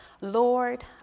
Lord